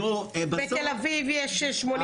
בתל אביב יש 84,